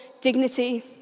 dignity